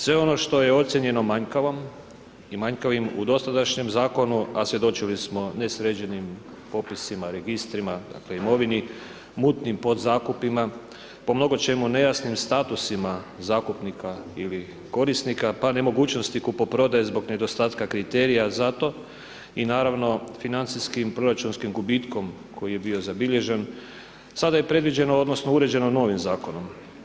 Sve ono što je ocijenjeno manjkavom i manjkavim u dosadašnjem Zakonu, a svjedočili smo nesređenim popisima, registrima, dakle, imovini, mutnim podzakupima, po mnogo čemu nejasnim statusima zakupnika ili korisnika, pa nemogućnosti kupoprodaje zbog nedostatka kriterija zato i naravno financijskim proračunskim gubitkom koji je bio zabilježen, sada je predviđeno odnosno uređeno novim Zakonom.